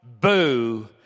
boo